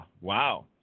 Wow